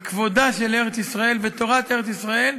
וכבודה של ארץ-ישראל ותורת ארץ-ישראל,